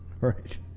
Right